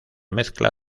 mezcla